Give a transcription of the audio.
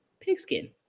Pigskin